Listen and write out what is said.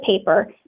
paper